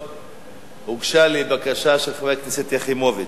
אדוני השר, הוגשה לי בקשה של חברת הכנסת יחימוביץ,